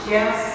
Yes